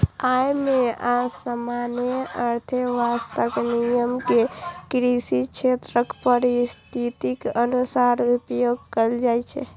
अय मे सामान्य अर्थशास्त्रक नियम कें कृषि क्षेत्रक परिस्थितिक अनुसार उपयोग कैल जाइ छै